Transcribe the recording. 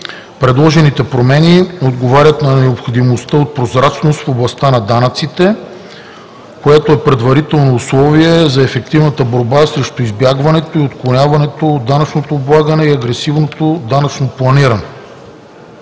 Предложените промени отговарят на необходимостта от прозрачност в областта на данъците, която е предварително условие за ефективна борба срещу избягването и отклонението от данъчно облагане и агресивното данъчно планиране.